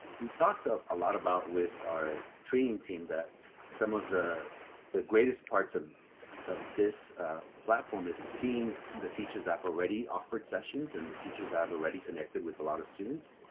we talked ah a lot about with our training team that some of the the greatest parts um of this platform is seeing so the teachers have already offered sessions, and the teachers have already connected with a lot of students.